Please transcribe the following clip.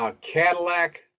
Cadillac